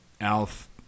Alf